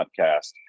podcast